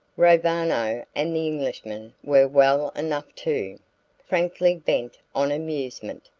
roviano and the englishmen were well enough too frankly bent on amusement,